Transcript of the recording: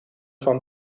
van